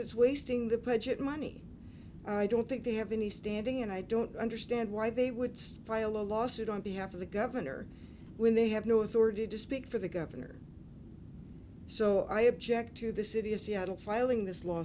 it's wasting the budget money i don't think they have any standing and i don't understand why they would file a lawsuit on behalf of the governor when they have no authority to speak for the governor so i object to the city of seattle filing this law